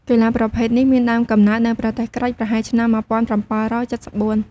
កីឡាប្រភេទនេះមានដើមកំណើតនៅប្រទេសក្រិក ប្រហែលឆ្នាំ ១៧៧៤។